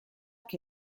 che